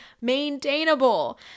maintainable